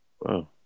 Wow